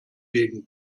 geben